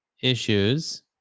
issues